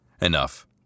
Enough